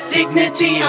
Dignity